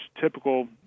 typical